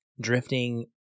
drifting